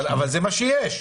אבל זה מה שיש.